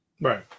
Right